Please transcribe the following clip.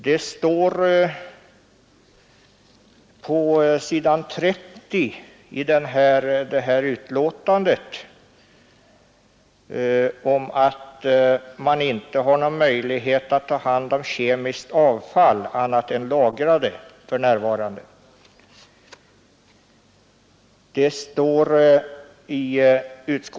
Det står på s. 22 i utskottsbetänkandet att kemiskt avfall kan innehålla sådana beståndsdelar att ingen annan metod än lagring för närvarande står till buds.